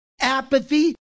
apathy